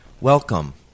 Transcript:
Welcome